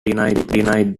denied